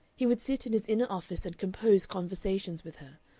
he would sit in his inner office and compose conversations with her,